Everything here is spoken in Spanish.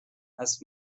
las